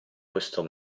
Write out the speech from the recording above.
questo